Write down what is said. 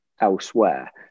elsewhere